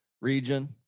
region